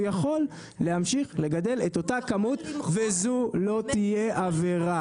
הוא יכול להמשיך לגדל את אותה הכמות וזו לא תהיה עבירה.